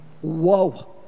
Whoa